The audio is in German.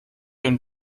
ein